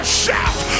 shout